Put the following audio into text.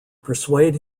persuade